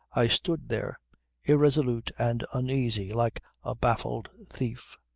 i stood there irresolute and uneasy like a baffled thief.